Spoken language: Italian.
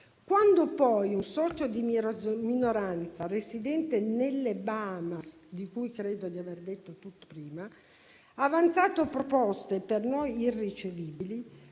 Quando poi un socio di minoranza, residente nelle Bahamas - di cui credo di aver detto tutto prima - ha avanzato proposte per noi irricevibili,